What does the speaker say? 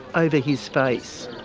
over his face.